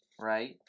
right